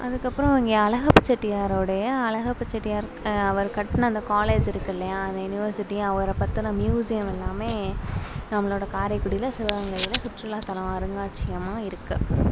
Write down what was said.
அதுக்கப்புறம் இங்கே அழகப்பா செட்டியாரோடைய அழகப்பா செட்டியார் அவர் கட்டின அந்த காலேஜ் இருக்கு இல்லையா அந்த யூனிவெர்சிட்டி அவர பற்றின மியூசியம் எல்லாமே நம்மளோட காரைக்குடியில் சிவகங்கையில் சுற்றுலாத்தலம் அருங்காட்சியமாக இருக்கு